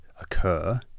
occur